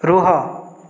ରୁହ